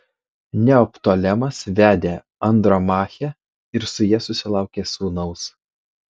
neoptolemas vedė andromachę ir su ja susilaukė sūnaus